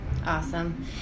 Awesome